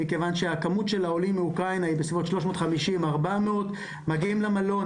מכיוון שהכמות של העולים מאוקראינה היא בסביבות 400-350. מגיעים למלון,